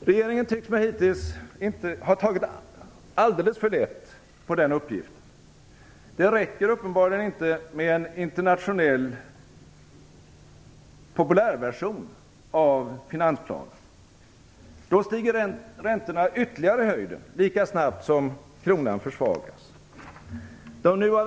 Regeringen tycks mig hittills ha tagit alldeles för lätt på den uppgiften. Det räcker uppenbarligen inte med en internationell populärversion av finansplanen.